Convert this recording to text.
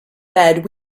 bed